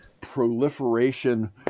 proliferation